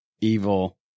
evil